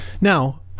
now